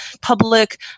public